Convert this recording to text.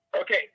Okay